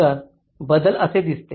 तर बदल असे दिसते